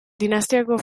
dinastiako